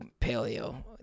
paleo